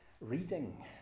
reading